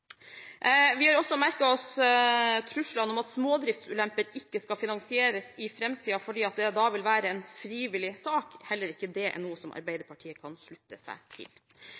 Vi har også merket oss truslene om at smådriftsulemper ikke skal finansieres i framtiden, fordi det vil være en frivillig sak. Heller ikke det er noe som Arbeiderpartiet kan slutte seg til.